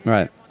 Right